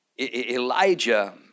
Elijah